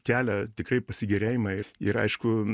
kelia tikrai pasigėrėjimą ir ir aišku